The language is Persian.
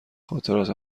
خاطرات